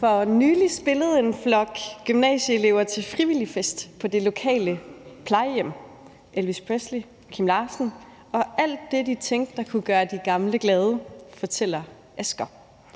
For nylig spillede en flok gymnasieelever til frivilligfest på det lokale plejehjem. De spillede Elvis Presley, Kim Larsen og alt det, de tænkte kunne gøre de gamle glade, fortæller Asger.